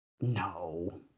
No